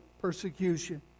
persecution